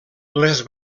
les